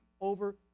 over